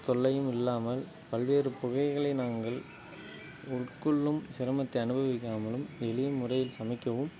தொல்லையும் இல்லாமல் பல்வேறு புகைகளை நாங்கள் உட்கொள்ளும் சிரமத்தை அனுபவிக்காமலும் எளிய முறையில் சமைக்கவும்